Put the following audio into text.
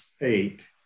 eight